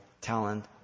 talent